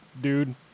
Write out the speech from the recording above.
dude